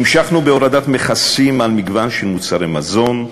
המשכנו בהורדת מכסים על מגוון של מוצרי מזון,